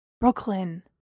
Brooklyn